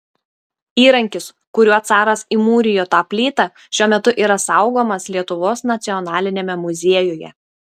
įrankis kuriuo caras įmūrijo tą plytą šiuo metu yra saugomas lietuvos nacionaliniame muziejuje